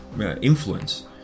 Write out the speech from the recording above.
influence